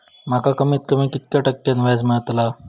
माका कमीत कमी कितक्या टक्क्यान व्याज मेलतला?